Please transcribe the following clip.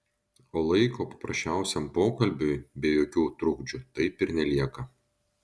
o laiko paprasčiausiam pokalbiui be jokių trukdžių taip ir nelieka